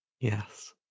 yes